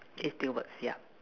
it still works ya